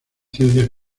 ciencias